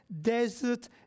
desert